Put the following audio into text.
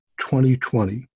2020